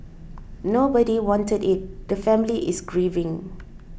nobody wanted it the family is grieving